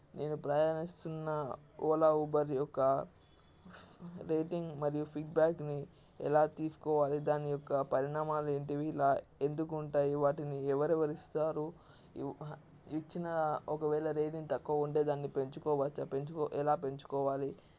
నేను ప్రయాణిస్తున్న ఓలా ఉబర్ యొక్క రేటింగ్ మరియు ఫీడ్బ్యాక్ని ఎలా తీసుకోవాలి దాని యొక్క పరిణామాలు ఏంటివి ఇలా ఎందుకు ఉంటాయి వాటిని ఎవరెవరు ఇస్తారు ఇచ్చినా ఒకవేళ రేటింగ్ తక్కువ ఉంటే దాన్ని పెంచుకోవచ్చా పెంచు ఎలా పెంచుకోవాలి